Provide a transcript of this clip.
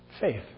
faith